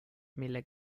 mille